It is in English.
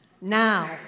Now